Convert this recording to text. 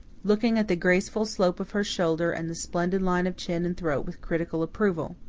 looking at the graceful slope of her shoulder and the splendid line of chin and throat with critical approval.